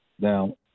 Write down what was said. Now